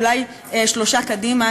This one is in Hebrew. אולי שלושה קדימה,